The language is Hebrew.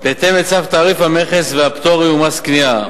בהתאם לצו תעריף המכס והפטורים ומס קנייה,